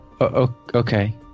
okay